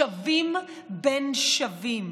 שווים בין שווים.